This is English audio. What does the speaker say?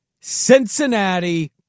Cincinnati